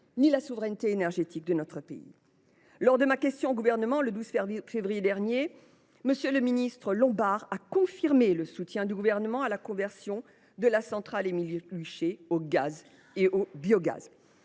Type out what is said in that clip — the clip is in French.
ni la souveraineté énergétique de notre pays. En réponse à ma question d’actualité au Gouvernement du 12 février dernier, M. le ministre Lombard a confirmé le soutien du Gouvernement à la conversion de la centrale Émile Huchet au gaz et au biogaz.